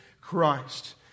Christ